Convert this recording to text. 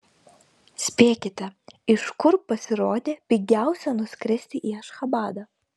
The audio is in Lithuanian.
spėkite iš kur pasirodė pigiausia nuskristi į ašchabadą